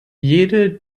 jede